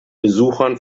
besuchern